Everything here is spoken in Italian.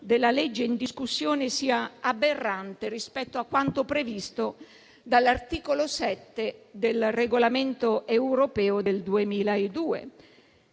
della legge in discussione, sia aberrante rispetto a quanto previsto dall'articolo 7 del regolamento europeo del 2002.